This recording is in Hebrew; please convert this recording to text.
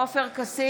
אינו נוכח אופיר כץ,